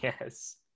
Yes